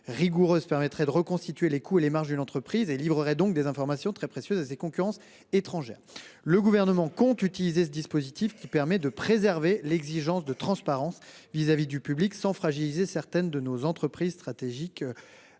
de manière rigoureuse permettrait de reconstituer les coûts et les marges d'une entreprise et livrerait donc des informations très précieuses et concurrence étrangère. Le gouvernement compte utiliser ce dispositif qui permet de préserver l'exigence de transparence vis-à-vis du public sans fragiliser certaines de nos entreprises stratégiques.